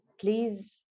please